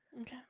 Okay